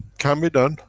can be done.